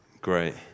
Great